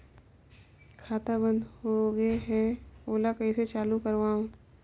खाता बन्द होगे है ओला कइसे चालू करवाओ?